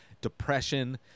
depression